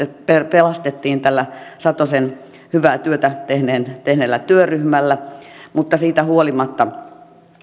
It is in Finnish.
pelastettiin tällä satosen hyvää työtä tehneellä työryhmällä mutta siitä huolimatta